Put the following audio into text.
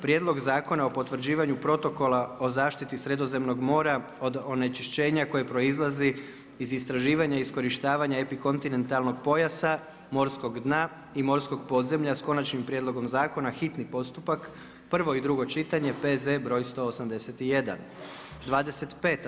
Prijedlog zakona o potvrđivanju Protokola o zaštiti Sredozemnog mora od onečišćenja koje proizlazi iz istraživanja i iskorištavanja epikontinentalnog pojasa, morskog dna i morskog podzemlja s konačnim prijedlogom zakona, hitni postupak, prvo i drugo čitanje, P.Z. br. 181. 25.